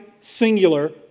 singular